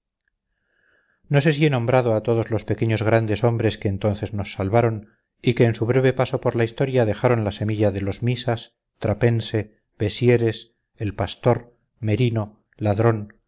no sé si he nombrado a todos los pequeños grandes hombres que entonces nos salvaron y que en su breve paso por la historia dejaron la semilla de los misas trapense bessieres el pastor merino ladrón